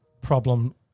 problem